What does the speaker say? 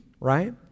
right